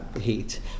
heat